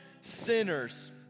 sinners